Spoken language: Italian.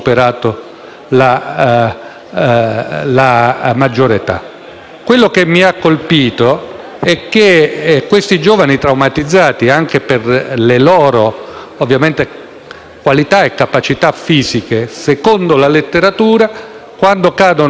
Quello che mi ha colpito è che questi giovani traumatizzati, anche per le loro qualità e capacità fisiche, secondo la letteratura, quando cadono in stato di incoscienza, nel 90 per cento